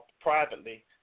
privately